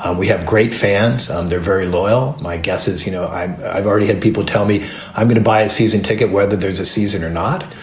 and we have great fans. um they're very loyal. my guess is, you know, i've already had people tell me i'm going to buy a season ticket, whether there's a season or not.